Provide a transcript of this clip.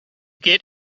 get